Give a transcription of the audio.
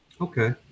Okay